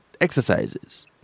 exercises